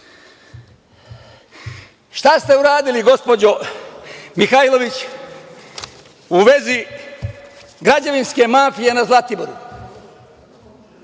ste uradili, gospođo Mihajlović u vezi građevinske mafije na Zlatiboru?